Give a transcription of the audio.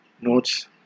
notes